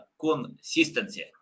consistency